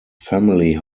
family